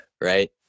right